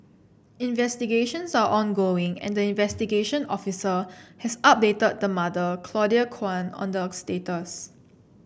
investigations are ongoing and the investigation officer has updated the mother Claudia Kwan on the of status